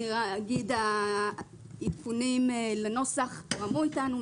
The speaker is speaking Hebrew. העדכונים לנוסח תואמו איתנו.